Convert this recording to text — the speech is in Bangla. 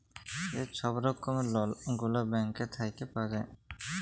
যে ছব রকমের লল গুলা ব্যাংক থ্যাইকে পাউয়া যায়